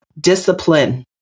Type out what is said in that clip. discipline